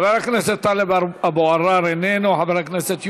חבר הכנסת טלב אבו עראר, אינו נוכח.